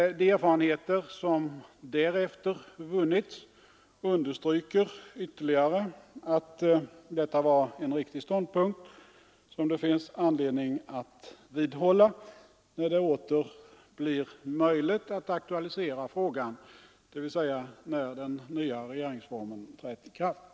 De erfarenheter som därefter vunnits understryker ytterligare att detta var en riktig ståndpunkt som det finns anledning att vidhålla när det åter blir möjligt att aktualisera frågan, dvs. när den nya regeringsformen träder i kraft.